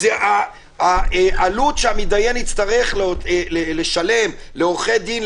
העלות שהמידיין יצטרך לשלם לעורכי דין,